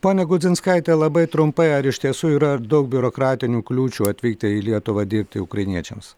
pone gudzinskaite labai trumpai ar iš tiesų yra ir daug biurokratinių kliūčių atvykti į lietuvą dirbti ukrainiečiams